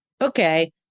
okay